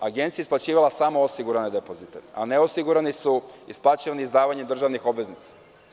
Agencija je isplaćivala samo osigurane depozite, a neosigurani su isplaćivani izdavanjem državnih obveznica.